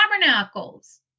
tabernacles